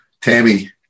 Tammy –